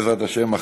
בעזרת השם,